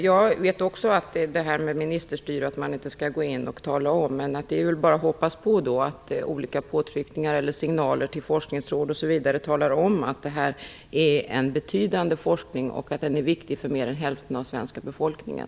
Jag är också medveten om detta med ministerstyre och att man inte skall gå in och tala om hur olika saker skall vara. Men då får vi väl hoppas på att olika påtryckningar och signaler till forskningråd osv. talar om att detta är en betydande forskning och att den är viktig för mer än hälften av den svenska befolkningen.